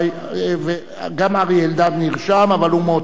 גם אריה אלדד נרשם, אבל הוא מאותה סיעה.